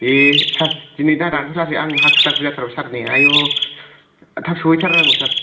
दे सार दिनै दादानथ' थारसै आं हाखु दाखु जाथारबाय सार नै आय' थाब सौयैथारनांगौ सार